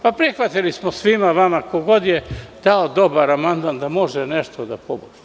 Prihvatili smo svima vama, ko god je dao dobar amandman, da može nešto da popravi.